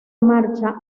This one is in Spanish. mancha